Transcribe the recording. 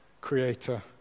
creator